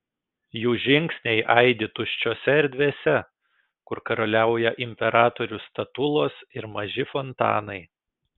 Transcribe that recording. jų žingsniai aidi tuščiose erdvėse kur karaliauja imperatorių statulos ir maži fontanai